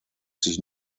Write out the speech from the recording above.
sich